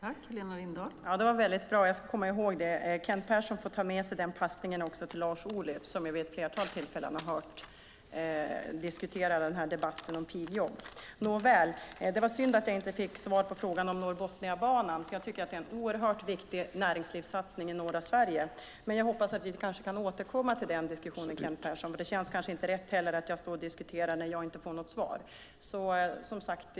Fru talman! Det var väldigt bra. Jag ska komma ihåg det. Kent Persson får ta med sig den passningen till Lars Ohly, som vid ett flertal tillfällen har fört debatten om pigjobb. Nåväl! Det var synd att jag inte fick svar på frågan om Norrbotniabanan. Det är en oerhört viktig näringslivssatsning i norra Sverige. Men jag hoppas att vi kanske kan återkomma till den diskussionen, Kent Persson. Det känns heller inte rätt att jag står och diskuterar när jag inte får något svar.